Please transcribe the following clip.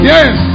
Yes